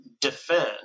defend